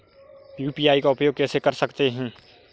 UPI का उपयोग कैसे कर सकते हैं?